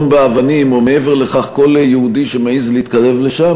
באבנים או מעבר לכך כל יהודי שמעז להתקרב לשם,